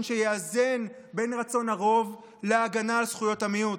שיאזן בין רצון הרוב להגנה על זכויות המיעוט,